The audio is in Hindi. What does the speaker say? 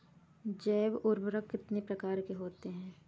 जैव उर्वरक कितनी प्रकार के होते हैं?